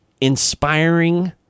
inspiring